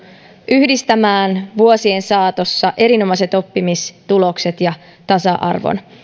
yhdistämään vuosien saatossa erinomaiset oppimistulokset ja tasa arvon